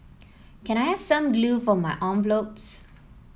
can I have some glue for my envelopes